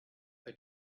her